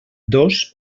dos